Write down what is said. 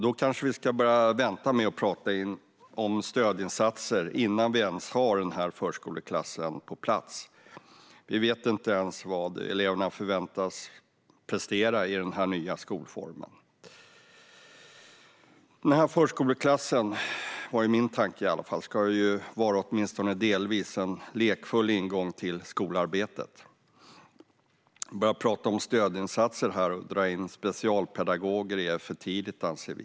Då kanske vi ska vänta med att prata om stödinsatser innan vi ens har en obligatorisk förskoleklass på plats. Vi vet inte ens vad eleverna förväntas prestera i denna nya skolform. Min tanke var att förskoleklassen ju ska vara, åtminstone delvis, en lekfull ingång till skolarbetet. Att börja prata om stödinsatser här och dra in specialpedagoger är för tidigt, anser vi.